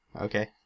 Okay